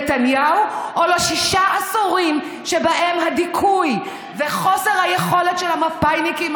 נתניהו או שישה עשורים שבהם הדיכוי וחוסר היכולת של המפא"יניקים